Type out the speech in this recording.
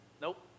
Nope